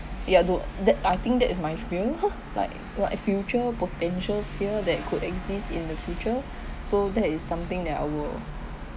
ya don't that I think that is my fear like like future potential fear that could exist in the future so that is something that I will